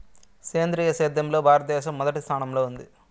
సేంద్రీయ సేద్యంలో భారతదేశం మొదటి స్థానంలో ఉంది